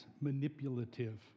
manipulative